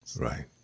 Right